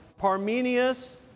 Parmenius